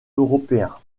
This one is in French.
européens